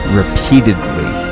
repeatedly